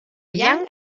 young